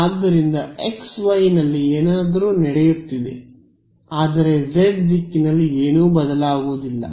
ಆದ್ದರಿಂದ xy ನಲ್ಲಿ ಏನಾದರೂ ನಡೆಯುತ್ತಿದೆ ಆದರೆ ಜೆಡ್ ದಿಕ್ಕಿನಲ್ಲಿ ಏನೂ ಬದಲಾಗುವುದಿಲ್ಲ